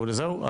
וזהו?